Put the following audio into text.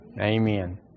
Amen